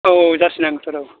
औ औ जारसि नांगौथ' आरो औ